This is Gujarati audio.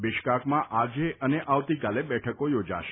બિશ્કાકમાં આજે અને આવતીકાલે બેઠકો યોજાશે